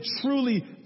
truly